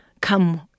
come